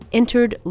entered